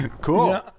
Cool